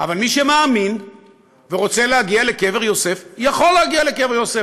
אבל מי שמאמין ורוצה להגיע לקבר יוסף יכול להגיע לקבר יוסף,